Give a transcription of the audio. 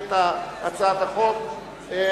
התוכנית הכלכלית לשנים 2009 ו-2010) (תיקון מס' 3),